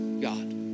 God